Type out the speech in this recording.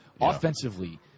offensively